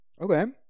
Okay